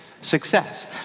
Success